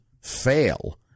fail